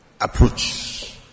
approach